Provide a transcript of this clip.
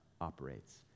operates